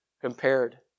compared